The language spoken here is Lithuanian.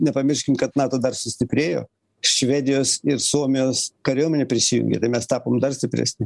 nepamirškim kad nato dar sustiprėjo švedijos ir suomijos kariuomenė prisijungė tai mes tapom dar stipresni